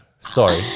Sorry